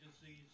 disease